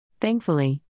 Thankfully